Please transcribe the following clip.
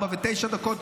16:09,